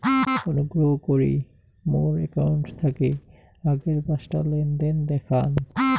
অনুগ্রহ করি মোর অ্যাকাউন্ট থাকি আগের পাঁচটা লেনদেন দেখান